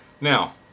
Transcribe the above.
Now